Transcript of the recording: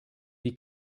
die